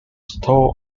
stores